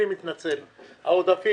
אגב,